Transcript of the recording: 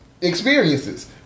experiences